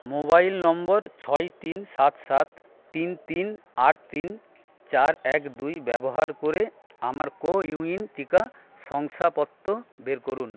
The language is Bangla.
মোবাইল নম্বর ছয় তিন সাত সাত তিন তিন আট তিন চার এক দুই ব্যবহার করে আমার কোউইন টিকা শংসাপত্র বের করুন